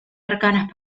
arcanas